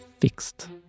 fixed